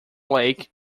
lake